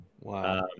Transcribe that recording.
Wow